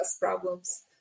problems